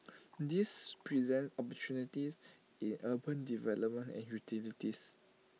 this presents opportunities in urban development and utilities